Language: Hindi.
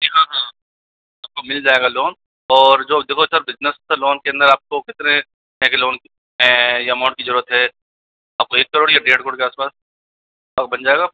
जी हाँ हाँ आपको मिल जाएगा लोन और जो देखो सर बिजनेस पे लोन के अंदर आपको कितने है कि लोन हैं या अमाउंट की जरूरत है आपको एक करोड़ या डेढ़ करोड़ के आसपास आपका बन जाएगा